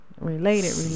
related